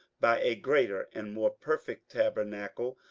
by a greater and more perfect tabernacle,